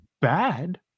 bad